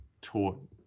taught